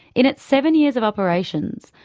in its seven years of operations,